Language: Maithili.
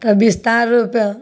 तऽ बिस्तार रूपेँ